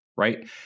right